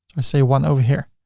i say one over here.